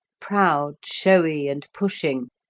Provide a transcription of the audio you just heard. proud, showy, and pushing,